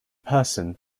person